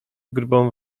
grubą